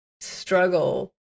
struggle